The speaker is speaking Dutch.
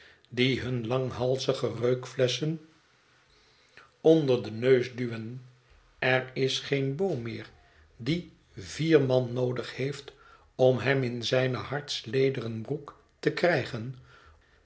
die hun langhalzige reukflesschen onder den neus duwen er is geen beau meer die vier man noodig heeft om hem in zijne hartslederen broek te krijgen